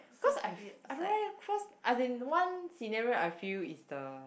cause I've I don't eh as in one scenario I feel is the